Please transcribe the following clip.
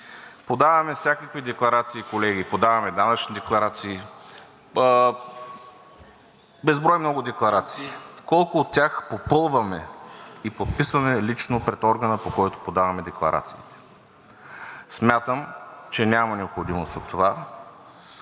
Подаваме всякакви декларации, колеги, подаваме данъчни декларации – безброй много декларации. Колко от тях попълваме и подписваме лично пред органа, по който подаваме декларацията? Смятам, че няма необходимост от това.